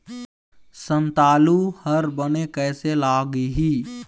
संतालु हर बने कैसे लागिही?